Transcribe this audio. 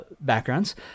backgrounds